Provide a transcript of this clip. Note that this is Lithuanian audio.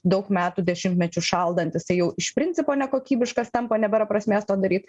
daug metų dešimtmečius šaldantis tai jau iš principo nekokybiškas tampa nebėra prasmės to daryt